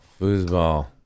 Foosball